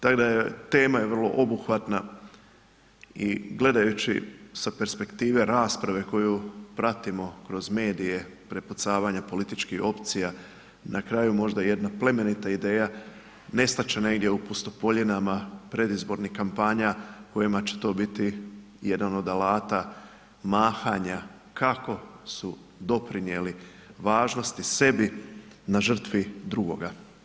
Tema je vrlo obuhvatna i gledajući sa perspektive rasprave koju pratimo kroz medije prepucavanja političkih opcija na kraju možda jedna plemenita ideja, nestat će negdje u pustopoljinama predizbornih kampanja kojima će to biti jedan od alata mahanja kako su doprinijeli važnosti sebi na žrtvi drugoga.